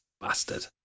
bastard